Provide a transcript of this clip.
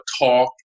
talk